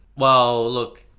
well, look.